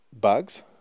bugs